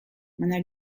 baina